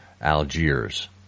Algiers